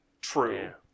true